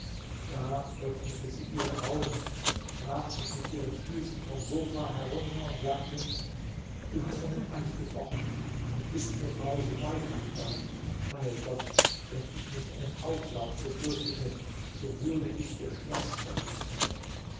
da öffnete sie ihre augen trat mich mit ihren füßen vom sofa herunter und sagte du hast deinen eid gebrochen und bist zur frau subeida gegangen bei gott wenn ich nicht einen auflauf befürchtete so würde ich ihr schloß verwüsten